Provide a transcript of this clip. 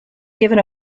given